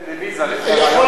אני לא